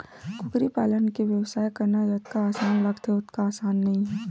कुकरी पालन के बेवसाय करना जतका असान लागथे ओतका असान नइ हे